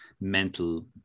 mental